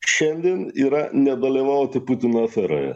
šiandien yra nedalyvauti putino aferoje